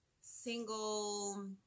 single